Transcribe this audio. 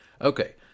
Okay